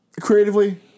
creatively